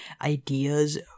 ideas